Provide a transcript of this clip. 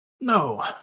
No